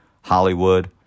Hollywood